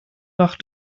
nach